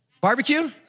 barbecue